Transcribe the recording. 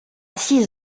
six